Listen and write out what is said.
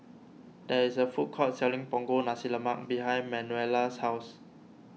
there is a food court selling Punggol Nasi Lemak behind Manuela's house